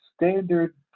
standard